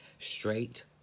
straight